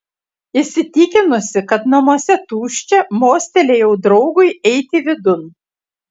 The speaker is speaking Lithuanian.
įsitikinusi kad namuose tuščia mostelėjau draugui eiti vidun